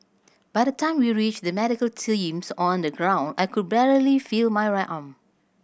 by the time we reached the medical teams on the ground I could barely feel my right arm